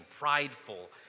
prideful